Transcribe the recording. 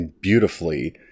beautifully